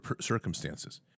circumstances